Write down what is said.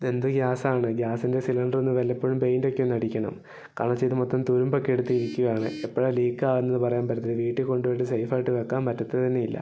ഇതെന്ത് ഗ്യാസാണ് ഗ്യാസിൻ്റെ സിലിണ്ടറിന് വല്ലപ്പോഴും പെയിൻറ്റൊക്കെ ഒന്ന് അടിക്കണം കാരണം വെച്ചാൽ ഇത് മൊത്തം തുരുമ്പൊക്കെ എടുത്ത് ഇരിക്കുകയാണ് എപ്പോഴാ ലീക്കാവുന്നത് പറയാൻ പറ്റത്തില്ല വീട്ടിൽ കൊണ്ടുപോയിട്ട് സേഫായിട്ട് വെക്കാൻ പറ്റത്ത് തന്നെ ഇല്ല